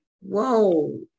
Whoa